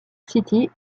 city